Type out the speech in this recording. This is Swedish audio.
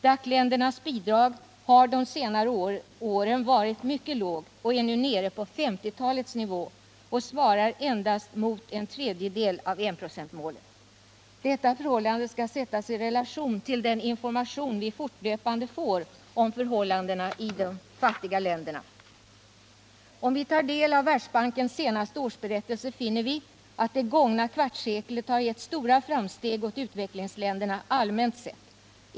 DAC-ländernas bidrag har de senaste åren varit mycket lågt och är nu nere på 1950-talets nivå, dvs. svarar endast mot en tredjedel av enprocentsmålet. Detta förhållande skall sättas i relation till den information vi fortlöpande får om förhållandena i de fattiga länderna. Om vi tar del av Världsbankens senaste årsberättelse finner vi att det gångna kvartsseklet har inneburit stora framsteg för utvecklingsländerna allmänt sett.